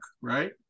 right